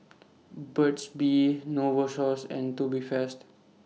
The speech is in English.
Burt's Bee Novosource and Tubifast